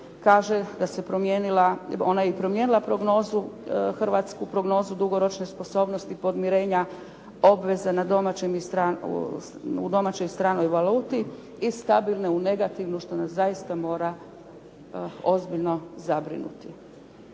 kaže da se promijenila, ona je promijenila hrvatsku prognozu dugoročne sposobnosti podmirenja obveza u domaćoj i stranoj valuti iz stabilne u negativnu što nas zaista mora ozbiljno zabrinuti.